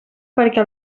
perquè